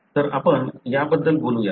तर आपण याबद्दल बोलूयात